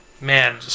Man